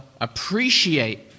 appreciate